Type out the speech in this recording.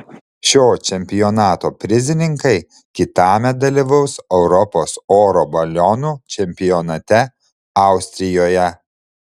šio čempionato prizininkai kitąmet dalyvaus europos oro balionų čempionate austrijoje